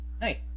Nice